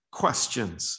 questions